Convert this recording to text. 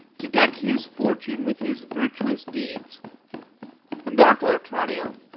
to deck his fortune with his virtuous deeds and therefore, tranio,